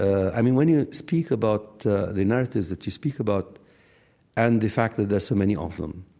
i mean, when you speak about the the narratives that you speak about and the fact that there are so many of them,